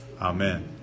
amen